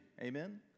Amen